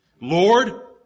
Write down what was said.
Lord